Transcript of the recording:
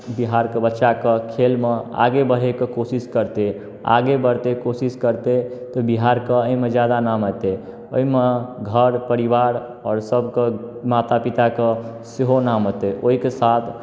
बिहारके बच्चाकेँ खेलमे आगे बढ़यके कोशिश करतै आगे बढ़तै कोशिश करतै तऽ बिहारके एहिमे ज्यादा नाम हेतै ओहिमे घर परिवार आओर सभके माता पिताके सेहो नाम अयतै ओहिके साथ